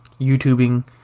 youtubing